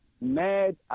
mad